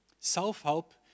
Self-help